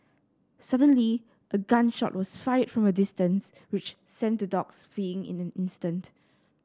suddenly a gun shot was fired from a distance which sent the dogs fleeing in an instant